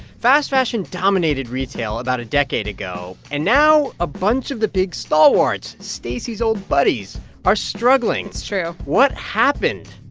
fast fashion dominated retail about a decade ago, and now, a bunch of the big stalwarts stacey's old buddies are struggling it's true what happened?